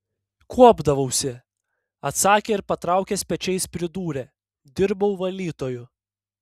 kuopdavausi atsakė ir patraukęs pečiais pridūrė dirbau valytoju